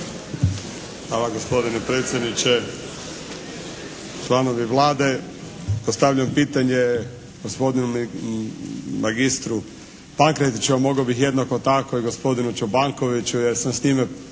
Hvala gospodine predsjedniče, članovi Vlade. Postavljam pitanje gospodinu magistru Pankretiću, a mogao bih jednako tako i gospodinu Čobankoviću jer sam s time počeo već